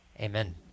Amen